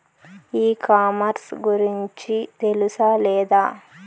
ఈ కామర్స్ గురించి తెలుసా లేదా?